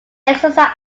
exercise